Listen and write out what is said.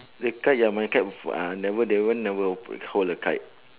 the kite ya my kite f~ uh never that one never open hold the kite